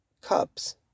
cups